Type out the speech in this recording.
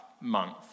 month